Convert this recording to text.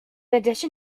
addition